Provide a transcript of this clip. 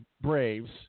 Braves